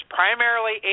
primarily